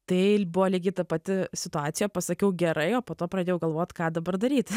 tai buvo lygiai ta pati situacija pasakiau gerai o po to pradėjau galvot ką dabar daryt